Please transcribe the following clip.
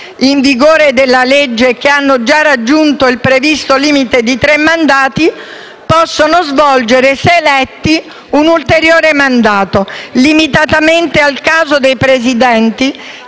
in vigore della legge sono in carica e hanno già raggiunto il previsto limite di tre mandati, possono svolgere, se eletti, un ulteriore mandato. Limitatamente al caso dei presidenti,